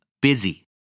busy